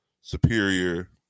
superior